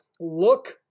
look